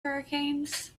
hurricanes